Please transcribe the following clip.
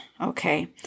Okay